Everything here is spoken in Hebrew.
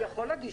הוא יכול להגיש.